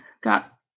got